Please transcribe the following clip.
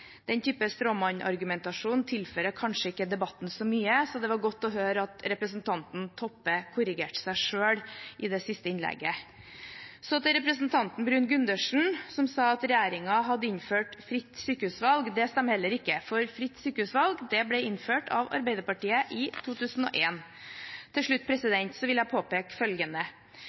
Den typen stråmannsargumentasjon tilfører kanskje ikke debatten så mye, så det var godt å høre at representanten Toppe korrigerte seg selv i det siste innlegget. Så til representanten Bruun-Gundersen, som sa at regjeringen hadde innført fritt sykehusvalg. Det stemmer heller ikke, for fritt sykehusvalg ble innført av Arbeiderpartiet i 2001. Til slutt vil jeg påpeke følgende: